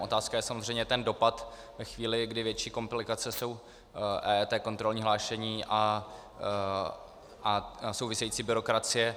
Otázka je samozřejmě ten dopad ve chvíli, kdy větší komplikace jsou EET, kontrolní hlášení a související byrokracie.